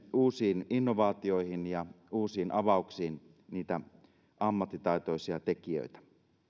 uusiin innovaatioihin ja uusiin avauksiin niitä ammattitaitoisia tekijöitä